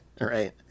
Right